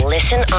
Listen